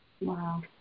Wow